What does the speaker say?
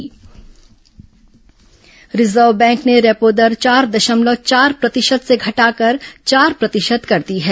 reserve bank repo दर reserve bank ने repo दर चार दशमलव चार प्रतिशत से घटाकर चार प्रतिशत कर दी है